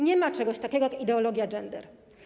Nie ma czegoś takiego jak ideologia gender.